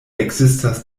ekzistas